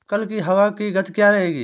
कल की हवा की गति क्या रहेगी?